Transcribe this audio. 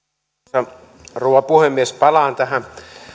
arvoisa rouva puhemies palaan tähän